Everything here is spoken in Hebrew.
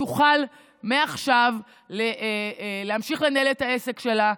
תוכל מעכשיו להמשיך לנהל את העסק שלה,